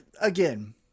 again